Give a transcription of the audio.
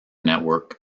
network